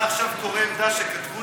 אתה עכשיו קורא עמדה שכתבו לך?